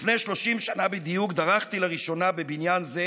לפני 30 שנה בדיוק דרכתי לראשונה בבניין זה